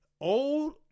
Old